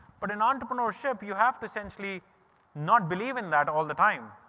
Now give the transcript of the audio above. but in entrepreneurship, you have to essentially not believe in that all the time.